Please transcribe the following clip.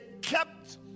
kept